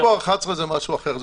פברואר 2011, זה משהו אחר.